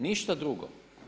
Ništa drugo.